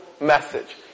message